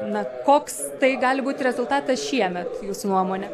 na koks tai gali būti rezultatas šiemet jūsų nuomone